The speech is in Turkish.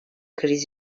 kriz